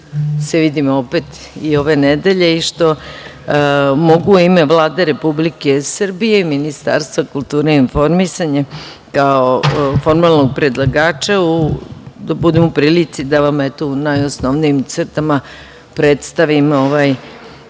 se vidimo opet i ove nedelje i što mogu u ime Vlade Republike Srbije i Ministarstva kulture i informisanja, kao formalnog predlagača, da budem u prilici da vam u najosnovnijim crtama predstavimo ovaj